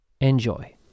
Enjoy